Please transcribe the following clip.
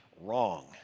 wrong